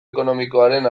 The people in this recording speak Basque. ekonomikoaren